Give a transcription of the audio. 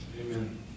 Amen